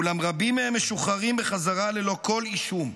אולם רבים מהם משוחררים בחזרה ללא כל אישום.